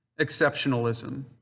exceptionalism